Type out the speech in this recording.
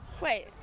Wait